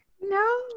no